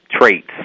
traits